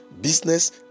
business